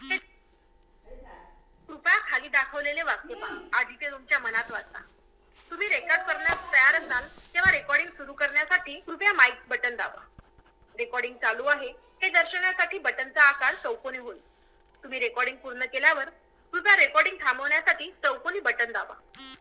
Samuel स्लेटरान अमेरिकेत पयली पाण्यार चालणारी सुती मिल बनवल्यानी